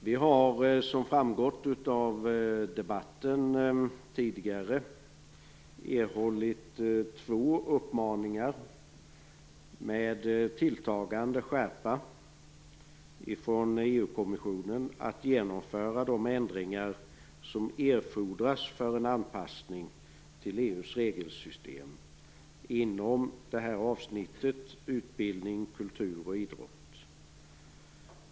Vi har, som framgått av debatten tidigare, erhållit två uppmaningar, med tilltagande skärpa, från EU kommissionen om att genomföra de ändringar som erfordras för en anpassning till EU:s regelsystem inom avsnittet om utbildning, kultur och idrott.